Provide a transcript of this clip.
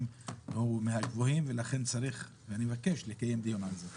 הוא מהגבוהים ולכן צריך ואני מבקש לקיים דיון על זה.